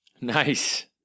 Nice